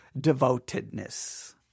devotedness